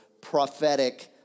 prophetic